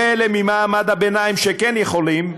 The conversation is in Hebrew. אלה ממעמד הביניים שכן יכולים,